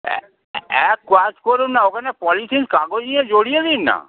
এক কাজ করুন না ওখানে পলিথিন কাগজ নিয়ে জড়িয়ে দিন না